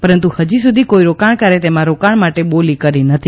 પરંતુ હજી સુધી કોઇ રોકાણકારે તેમાં રોકાણ માટે બોલી કરી નથી